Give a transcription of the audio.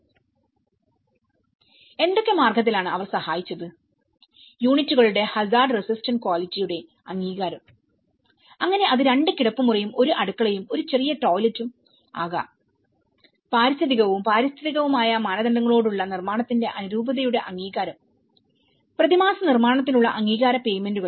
എന്തൊക്കെ മാർഗത്തിൽ ആണ് അവർ സഹായിച്ചത് യൂണിറ്റുകളുടെ ഹസാർഡ് റെസിസ്റ്റന്റ് ക്വാളിറ്റി യുടെ അംഗീകാരം അങ്ങനെ അത് 2 കിടപ്പുമുറിയും ഒരു അടുക്കളയും 1 ചെറിയ ടോയ്ലറ്റും ആകാം പാരിസ്ഥിതികവും പാരിസ്ഥിതികവുമായ മാനദണ്ഡങ്ങളോടെയുള്ള നിർമ്മാണത്തിന്റെ അനുരൂപതയുടെ അംഗീകാരം പ്രതിമാസ നിർമ്മാണത്തിനുള്ള അംഗീകാരം പേയ്മെന്റുകൾ